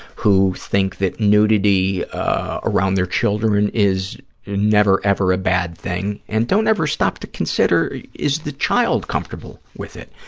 who think that nudity around their children is never, ever a bad thing, and don't ever stop to consider, is the child comfortable with it,